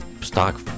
stock